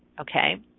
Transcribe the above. Okay